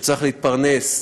שצריך להתפרס,